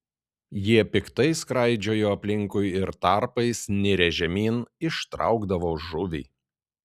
jie piktai skraidžiojo aplinkui ir tarpais nirę žemyn ištraukdavo žuvį